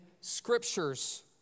Scriptures